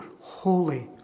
holy